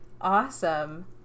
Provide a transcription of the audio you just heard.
Awesome